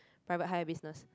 private hire business